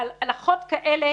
הלכות כאלה